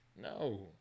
No